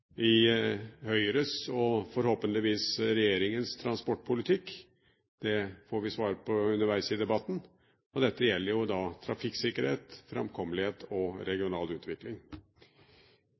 i Høyres og – forhåpentligvis – regjeringens transportpolitikk, det får vi svar på underveis i debatten. Dette gjelder trafikksikkerhet framkommelighet regional utvikling